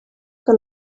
que